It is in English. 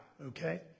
Okay